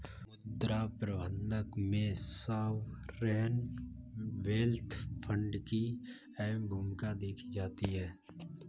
मुद्रा प्रबन्धन में सॉवरेन वेल्थ फंड की अहम भूमिका देखी जाती है